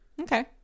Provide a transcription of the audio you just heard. okay